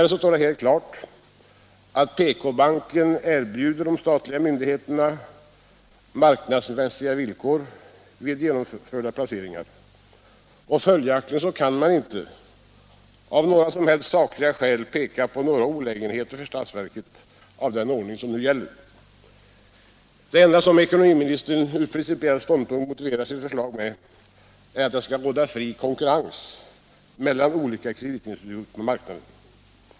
Det står dessutom helt klart att PK-banken erbjuder de statliga myndigheterna marknadsmässiga villkor vid genomförda placeringar. Följaktligen kan man inte på sakliga grunder peka på några olägenheter för statsverket med den ordning som nu gäller. Det enda som ekonomiministern från principiell ståndpunkt motiverar sitt förslag med är att det skall råda fri konkurrens mellan olika kreditinstitut på marknaden.